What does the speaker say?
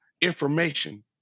information